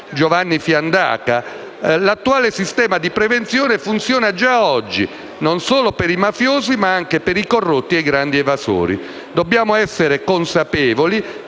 Giovanni Fiandaca, l'attuale sistema di prevenzione funziona già oggi non solo per i mafiosi, ma anche per i corrotti e i grandi evasori. Dobbiamo essere consapevoli